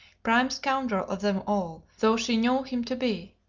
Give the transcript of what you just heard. prime scoundrel of them all though she knew him to be.